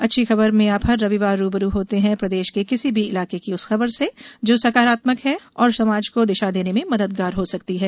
अच्छी खबर में आप हर रविवार रू ब रू होते हैं प्रदेश के किसी भी इलाके की उस खबर से जो सकारात्मक है और समाज को दिशा देने में मददगार हो सकती है